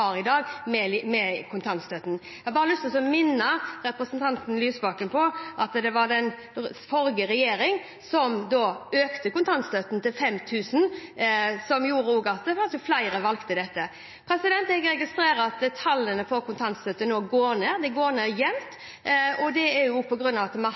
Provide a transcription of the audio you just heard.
i dag med kontantstøtten. Jeg har bare lyst til å minne representanten Lysbakken på at det var den forrige regjering som økte kontantstøtten til 5 000 kr, noe som gjorde at kanskje flere valgte dette. Jeg registrerer at tallene når det gjelder dem som velger kontantstøtte, nå går jevnt ned, og det er på grunn av at vi har